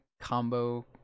combo